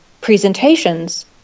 presentations